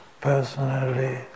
personally